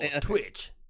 Twitch